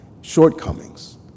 shortcomings